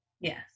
yes